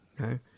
Okay